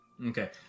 Okay